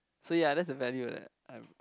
so ya that's the value that I'm